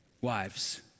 wives